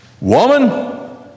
Woman